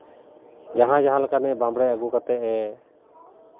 ᱡᱟᱦᱟᱸᱭ ᱡᱟᱦᱟᱸ ᱞᱮᱠᱟᱱᱤᱡ ᱵᱟᱢᱲᱮ ᱟᱹᱜᱩ ᱠᱟᱛᱮᱫᱼᱮ